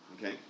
okay